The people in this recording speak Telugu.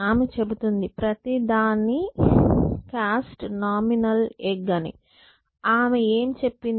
ఆమె చెబుతుంది ప్రతి దాని కాస్ట్ ఏ నామినల్ ఎగ్ అని ఆమె ఏమి చెప్పింది